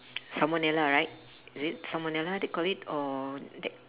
salmonella right is it salmonella they call it or that